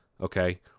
okay